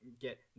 get